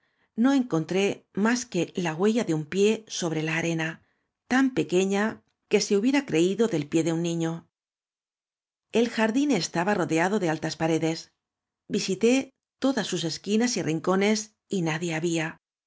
no encontré más que la huella de un pié sobre la arena tan pequeña quesehubiera creído del pié de un niño el jardío estaba ro deado de altas paredes visité todas sus esqui nas y rinconcs y nadie había